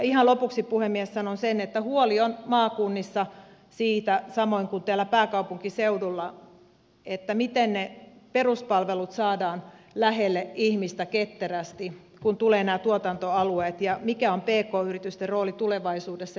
ihan lopuksi puhemies sanon sen että huoli on maakunnissa siitä samoin kuin täällä pääkaupunkiseudulla miten ne peruspalvelut saadaan lähelle ihmistä ketterästi kun tulevat nämä tuotantoalueet ja mikä on pk yritysten rooli tulevaisuudessa